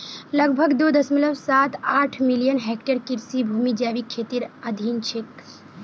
लगभग दो दश्मलव साथ आठ मिलियन हेक्टेयर कृषि भूमि जैविक खेतीर अधीन छेक